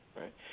right